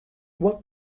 what